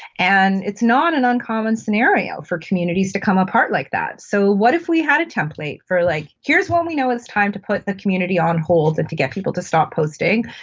and it's not an uncommon scenario for communities to come apart like that. so what if we had a template for, like, here's when we know it's time to put the community on hold and to get people to stop posting,